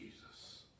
Jesus